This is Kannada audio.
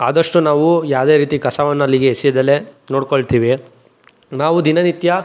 ಆದಷ್ಟು ನಾವು ಯಾವುದೇ ರೀತಿ ಕಸವನ್ನು ಅಲ್ಲಿಗೆ ಎಸೆಯದಲೇ ನೋಡ್ಕೊಳ್ತಿವಿ ನಾವು ದಿನನಿತ್ಯ